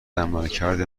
عملکرد